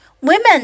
Women